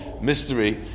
mystery